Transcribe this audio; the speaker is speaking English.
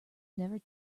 never